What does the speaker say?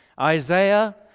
isaiah